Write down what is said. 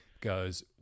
goes